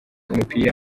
umupira